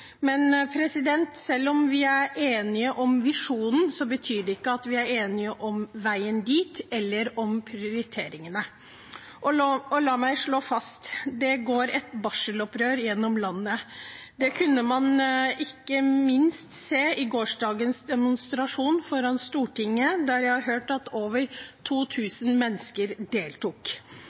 selv om vi er enige om visjonen, betyr ikke det at vi er enige om veien dit eller om prioriteringene. La meg slå fast: Det går et barselopprør gjennom landet. Det kunne man ikke minst se i gårsdagens demonstrasjon foran Stortinget, der jeg har hørt at over 2 000 mennesker deltok.